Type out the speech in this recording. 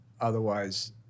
otherwise